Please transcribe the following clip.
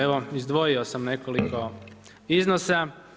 Evo izdvojio sam nekoliko iznosa.